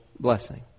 Blessing